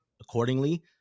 accordingly